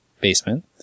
basement